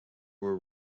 were